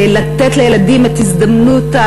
לתת לילדים את ההזדמנות,